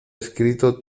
escrito